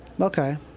Okay